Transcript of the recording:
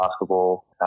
basketball